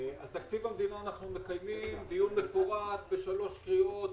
על תקציב המדינה אנחנו מקיימים דיון מפורט בשלוש קריאות.